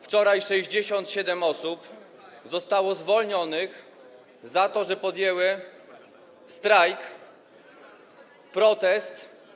Wczoraj 67 osób zostało zwolnionych za to, że podjęły one strajk, protest.